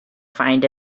find